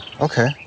Okay